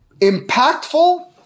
impactful